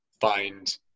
find